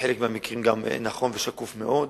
בחלק מהמקרים נכון ושקוף מאוד.